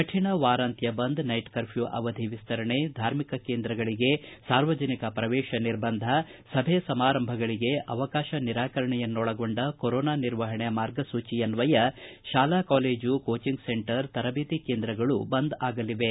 ಕಠಣ ವಾರಾಂತ್ವ bandh night curfew ಅವಧಿ ವಿಸ್ತರಣೆ ಧಾರ್ಮಿಕ ಕೇಂದ್ರಗಳಿಗೆ ಸಾರ್ವಜನಿಕ ಪ್ರವೇಶ ನಿರ್ಬಂಧ ಸಭೆ ಸಮಾರಂಭಗಳಿಗೆ ಅವಕಾಶ ನಿರಾಕರಣೆಯನ್ನೊಳಗೊಂಡ ಕೊರೋನಾ ನಿರ್ವಹಣೆ ಮಾರ್ಗಸೂಚಿಯನ್ವಯ ಶಾಲಾ ಕಾಲೇಜು ಕೋಚಿಂಗ್ ಸೆಂಟರ್ ತರಬೇತಿ ಕೇಂದ್ರಗಳು ಬಂದ್ ಆಗಲಿವೆ